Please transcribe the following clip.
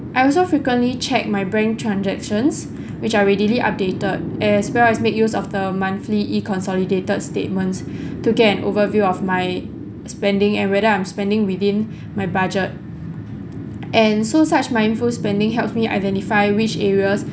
I also frequently check my bank transactions which are readily updated as well as make use of the monthly e-consolidated statements to get an overview of my spending and whether I'm spending within my budget and so such mindful spending helps me identify which areas